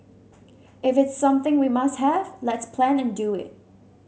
if it's something we must have let's plan and do it